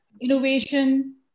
innovation